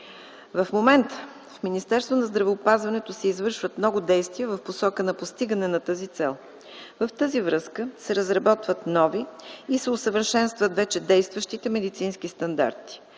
В момента в Министерството на здравеопазването се извършват много действия в посока на постигане на тази цел. В тази връзка се разработват нови и се усъвършенстват вече действащите медицински стандарти.